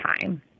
time